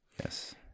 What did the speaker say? Yes